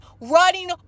running